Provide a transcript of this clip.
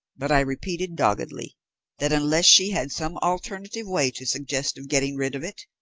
but i repeated doggedly that unless she had some alternative way to suggest of getting rid of it,